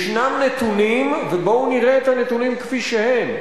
יש נתונים, ובואו נראה את הנתונים כפי שהם.